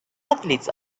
athletes